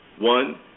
One